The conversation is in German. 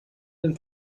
den